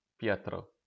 Pietro